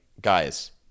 guys